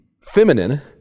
feminine